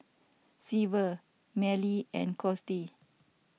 Severt Millie and Cos D